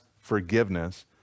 forgiveness